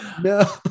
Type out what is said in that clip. No